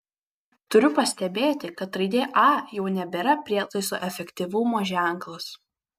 turiu pastebėti kad raidė a jau nebėra prietaiso efektyvumo ženklas